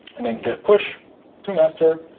and then git push to master.